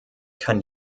kann